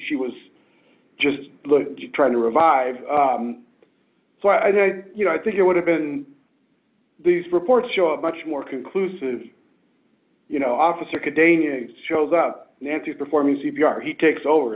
she was just trying to revive you know i think it would have been these reports show up much more conclusive you know officer containing it shows up nancy performing c p r he takes over